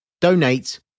donate